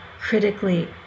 critically